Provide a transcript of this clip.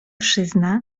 przyzna